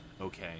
okay